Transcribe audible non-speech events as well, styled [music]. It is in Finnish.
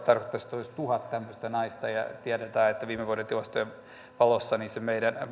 [unintelligible] tarkoittaisi että olisi tuhat tämmöistä naista ja tiedetään että viime vuoden tilastojen valossa se meidän